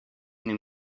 new